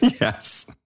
Yes